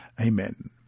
Amen